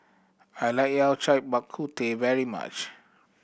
I like Yao Cai Bak Kut Teh very much